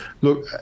Look